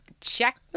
check